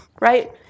right